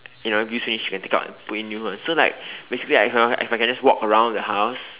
you know if use finish you can take out and put in new one so like basically I can if I can like just walk around the house